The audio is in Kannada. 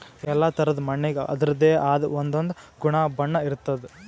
ಎಲ್ಲಾ ಥರಾದ್ ಮಣ್ಣಿಗ್ ಅದರದೇ ಆದ್ ಒಂದೊಂದ್ ಗುಣ ಬಣ್ಣ ಇರ್ತದ್